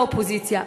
באופוזיציה.